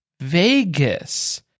Vegas